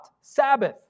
Sabbath